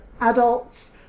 adults